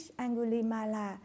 Angulimala